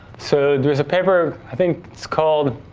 so, there's a paper i think it's called